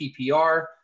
PPR